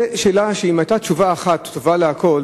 אם היתה תשובה אחת טובה לכול,